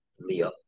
Leo